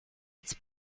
its